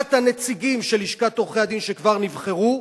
הדחת הנציגים של לשכת עורכי-הדין שכבר נבחרו,